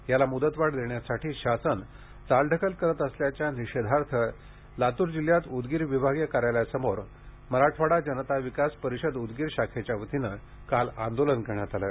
याला म्दतवाढ देण्यासाठी शासन चालढकल करत असल्याच्या निषेधार्थ लातूर जिल्ह्यात उदगीर विभागीय कार्यालयासमोर मराठवाडा जनता विकास परिषद उदगीर शाखेच्या वतीने काल आंदोलन करण्यात आले